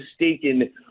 mistaken